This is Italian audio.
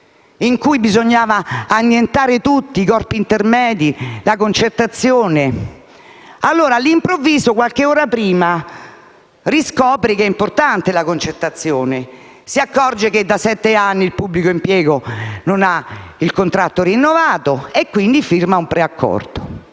in cui bisognava annientare tutti, i corpi intermedi e la concertazione. Poi all'improvviso, qualche ora prima del *referendum*, riscopre che è importante la concertazione. Si accorge che da sette anni il pubblico impiego non ha il contratto rinnovato e quindi firma un preaccordo.